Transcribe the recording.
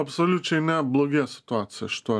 absoliučiai ne blogėja situacija šituo